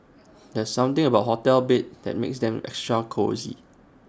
there's something about hotel beds that makes them extra cosy